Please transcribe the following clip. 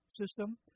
system